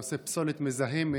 לנושא פסולת מזהמת.